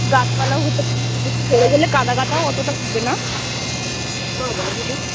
গাছপালাও হতে কাদাকাদাও অতটা হবে না